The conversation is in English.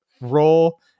role